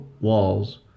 walls